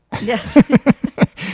Yes